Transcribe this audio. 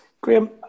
Graham